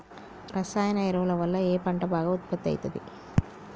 రసాయన ఎరువుల వల్ల ఏ పంట బాగా ఉత్పత్తి అయితది?